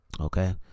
Okay